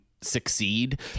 succeed